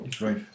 right